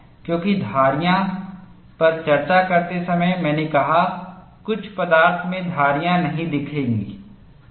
क्योंकि धारीयां पर चर्चा करते समय मैंने कहा कुछ पदार्थ में धारीयां नहीं देखी जाती है